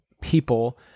people